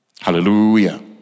Hallelujah